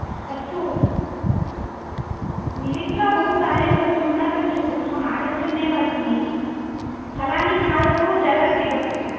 अस्तु मिलित्वा बहु कार्यं कर्तुं न गच्छतु अहमागच्छन्नेव अस्मि फलानि खादतु जलं पिबतु